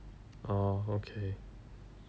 orh okay